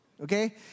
okay